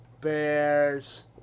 Bears